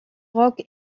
rock